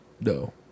No